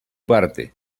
parte